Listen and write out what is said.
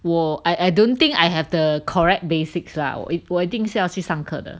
我 I I don't think I have the correct basics lah 我一定要去上课的